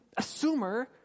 assumer